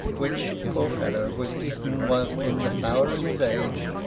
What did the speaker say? which, poor fellow, was eaten whilst in the flower of his age,